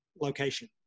location